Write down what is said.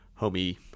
homie